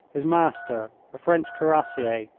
his master, a french cuirassier,